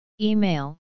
Email